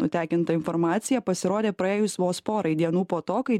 nutekinta informacija pasirodė praėjus vos porai dienų po to kai